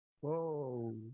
Whoa